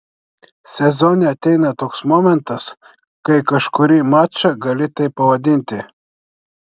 sezone ateina toks momentas kai kažkurį mačą gali taip pavadinti